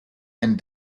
and